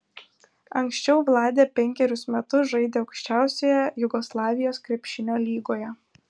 anksčiau vladė penkerius metus žaidė aukščiausioje jugoslavijos krepšinio lygoje